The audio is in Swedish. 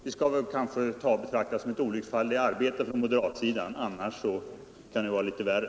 Det skall kanske betraktas som ett olycksfall i arbetet på moderat håll — är det inte det, är det värre.